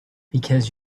because